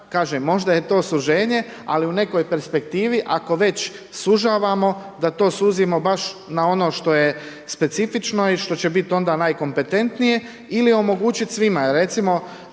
možda je to suženje ali u nekoj perspektivi, ako već sužavamo, da to suzimo baš na ono što je specifično i što će biti onda najkompetentnije ili omogućiti svima.